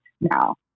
now